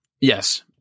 Yes